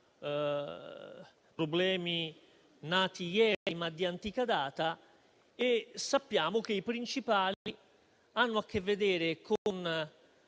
sono nati ieri, ma sono di antica data e sappiamo che i principali hanno a che vedere con